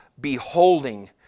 beholding